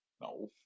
No